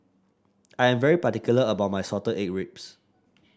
I am very particular about my Salted Egg Pork Ribs